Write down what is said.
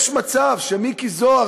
יש מצב שמיקי זוהר,